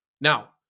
Now